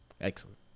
Excellent